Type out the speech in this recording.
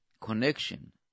connection